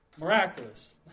miraculous